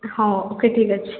ହଁ ଓକେ ଠିକ୍ ଅଛି